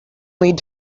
need